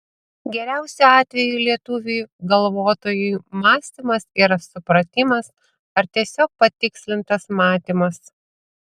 geriausiu atveju lietuviui galvotojui mąstymas yra supratimas ar tiesiog patikslintas matymas